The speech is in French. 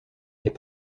est